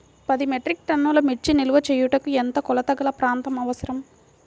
పది మెట్రిక్ టన్నుల మిర్చి నిల్వ చేయుటకు ఎంత కోలతగల ప్రాంతం అవసరం?